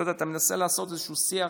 אתה יודע, אתה מנסה לעשות איזשהו שיח